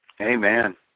amen